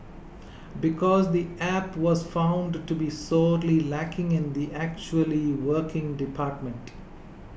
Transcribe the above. because the App was found to be sorely lacking in the actually working department